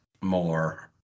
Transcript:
more